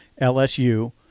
LSU